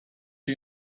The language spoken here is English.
you